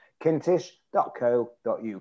kintish.co.uk